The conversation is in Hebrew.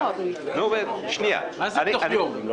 מה זה "תוך יום"?